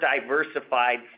diversified